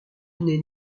n’est